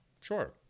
Sure